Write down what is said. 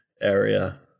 area